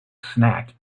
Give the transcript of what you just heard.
snack